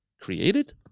created